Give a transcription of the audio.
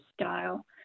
style